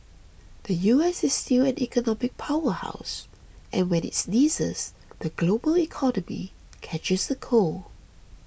the U S is still an economic power house and when it sneezes the global economy catches a cold